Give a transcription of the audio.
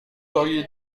auriez